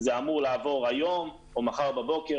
זה אמור לעבור היום או מחר בבוקר.